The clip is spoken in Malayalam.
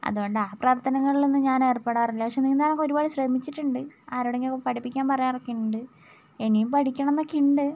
അതുകൊണ്ട് ആ പ്രവർത്തനങ്ങളിൽ ഒന്നും ഞാൻ ഏർപ്പെടാറില്ല പക്ഷെ നീന്താൻ ഒക്കെ ഒരുപാടു ശ്രമിച്ചിട്ടുണ്ട് ആരോടെങ്കിലും പഠിപ്പിക്കാൻ പറയാറോക്കെ ഉണ്ട് ഇനിയും പഠിക്കണമെന്ന് ഒക്കെയുണ്ട്